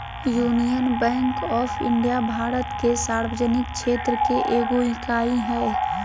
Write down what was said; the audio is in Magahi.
union Bank of India Bharat के सार्वजनिक क्षेत्र के एगो इकाई हइ